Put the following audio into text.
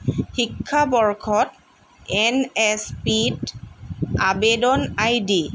শিক্ষাবৰ্ষত এনএছপি ত আবেদন আইডি